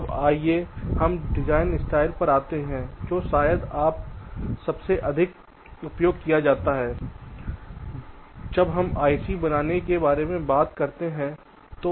अब आइए हम डिजाइन स्टाइल पर आते हैं जो शायद आज सबसे अधिक उपयोग किया जाता है जब हम आईसी बनाने के बारे में बात करते हैं